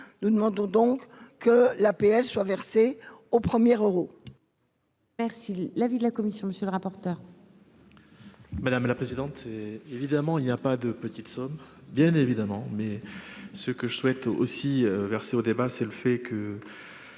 nous demandons donc que l'APL soit versée au premier euros. Merci la vue de la commission, monsieur le rapporteur. Madame la présidente, c'est évidemment il y a pas de petites sommes, bien évidemment, mais ce que je souhaite aussi versé aux débats, c'est le fait que